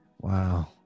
Wow